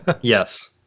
Yes